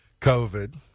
COVID